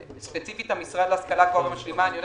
ספציפית המשרד להשכלה גבוהה משלימה - אני יודע